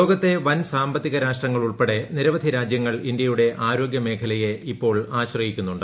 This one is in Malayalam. ലോകത്തെ വൻ സാമ്പത്തിക രാഷ്ട്രങ്ങൾ ഉൾപ്പെടെ നിരവധി രാജ്യങ്ങൾ ഇന്ത്യയുടെ ആരോഗ്യ മേഖലയെ ഇപ്പോൾ ആശ്രയിക്കുന്നുണ്ട്